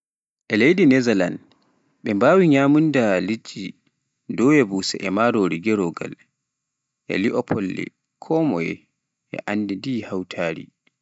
E Leydi Nezalan ɓe mbawi nyamunda liɗɗi, doya busa e marori gerogal, e li'o folle, konmoye e anndi ndi hawteri